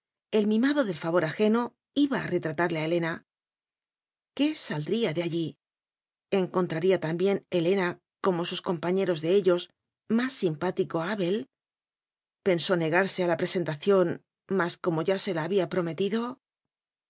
el mimado del favor ajeno iba a retratarle a helena qué saldría de allí encontraría también helena como sus compañeros de ellos más simpático a abel pensó negarse a la presen tación mas como ya se la había prometido